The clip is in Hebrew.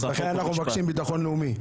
לכן אנחנו מבקשים ביטחון לאומי.